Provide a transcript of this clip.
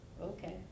Okay